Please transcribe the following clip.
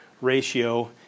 ratio